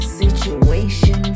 situations